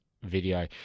video